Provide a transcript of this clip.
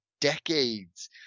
decades